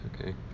Okay